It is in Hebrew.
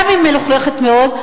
גם אם היא מלוכלכת מאוד,